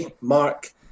Mark